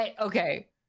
Okay